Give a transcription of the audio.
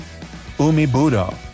Umibudo